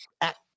act